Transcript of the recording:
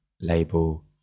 label